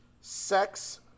sex